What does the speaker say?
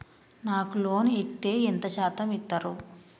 నాకు లోన్ ఇత్తే ఎంత శాతం ఇత్తరు?